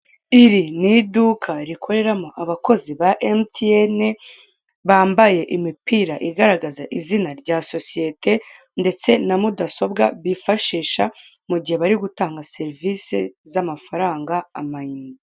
Iri ni iuduka rikoreramo abakozi ba emutiyene, bambaye imipira igaragaza izina rya sosiyete, ndetse na mudasobwa bifashisha mu gihe bari gutanga serivise z'amafaranga amayinite.